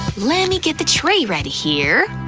lemme get the tray ready here,